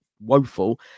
woeful